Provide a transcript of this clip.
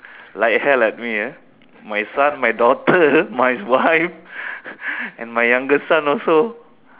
like hell at me ah my son my daughter my wife and my younger son also